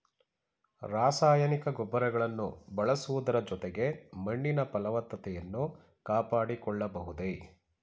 ರಾಸಾಯನಿಕ ಗೊಬ್ಬರಗಳನ್ನು ಬಳಸುವುದರ ಜೊತೆಗೆ ಮಣ್ಣಿನ ಫಲವತ್ತತೆಯನ್ನು ಕಾಪಾಡಿಕೊಳ್ಳಬಹುದೇ?